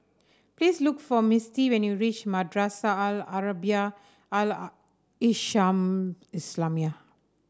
please look for Mistie when you reach Madrasah Al Arabiah Al Islamiah